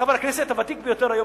אני חבר הכנסת הוותיק ביותר היום,